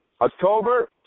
October